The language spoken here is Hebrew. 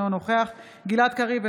אינו נוכח גלעד קריב,